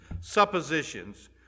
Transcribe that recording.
suppositions